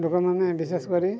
ଲୋକମାନେ ବିଶେଷ କରି